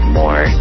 more